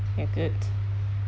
okay good